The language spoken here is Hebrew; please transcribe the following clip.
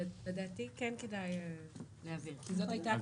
לדעתי כן כדאי להבהיר כי זאת הייתה הכוונה.